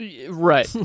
Right